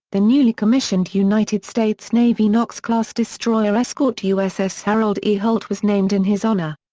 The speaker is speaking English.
the newly commissioned united states navy knox class destroyer escort uss harold e. holt was named in his honour.